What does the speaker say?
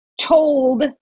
told